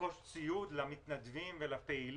לרכוש ציוד למתנדבים ולפעילים,